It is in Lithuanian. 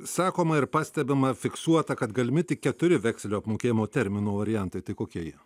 sakoma ir pastebima fiksuota kad galimi tik keturi vekselio apmokėjimo termino variantai tai kokie ji